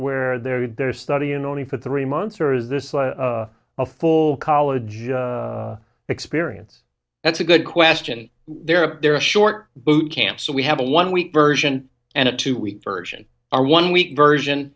they're they're studying only for three months or is this a full college experience that's a good question there are there a short boot camp so we have a one week version and a two week version our one week version